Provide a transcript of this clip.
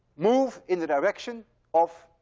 move in the direction of.